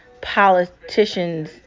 politicians